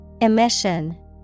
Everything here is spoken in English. Emission